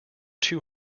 two